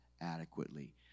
adequately